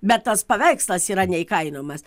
bet tas paveikslas yra neįkainojamas